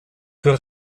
für